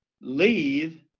leave